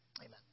Amen